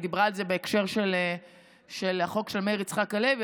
היא דיברה על זה בהקשר של החוק של מאיר יצחק הלוי,